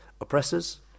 oppressors